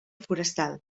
forestal